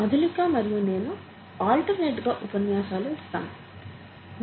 మధులిక మరియు నేను ఆల్టర్నేట్ గా ఉపన్యాసం ఇస్తాము